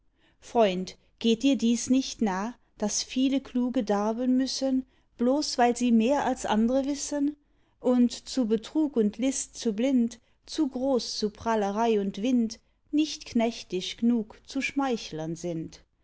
freund geht dir dies nicht nah daß viele kluge darben müssen bloß weil sie mehr als andre wissen und zu betrug und list zu blind zu groß zu prahlerei und wind nicht knechtisch gnug zu schmeichlern sind